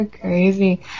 Crazy